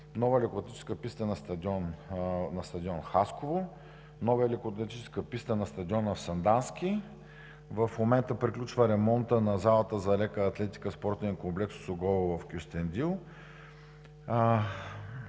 нова лекоатлетическа писта на стадиона в Хасково и нова лекоатлетическа писта на стадиона в Сандански, в момента приключва ремонтът на залата за лека атлетика в Спортен комплекс „Осогово“ в Кюстендил.